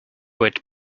would